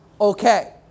okay